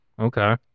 Okay